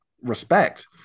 respect